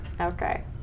Okay